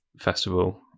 festival